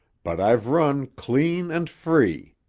but i've run clean and free.